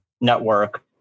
network